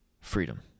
freedom